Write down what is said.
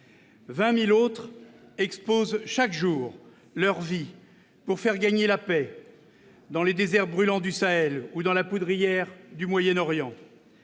20 000 autres exposent, chaque jour, leur vie pour faire gagner la paix dans les déserts brûlants du Sahel ou dans la poudrière du Moyen-Orient.